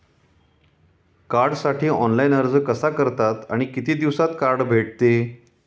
कार्डसाठी ऑनलाइन अर्ज कसा करतात आणि किती दिवसांत कार्ड भेटते?